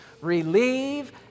relieve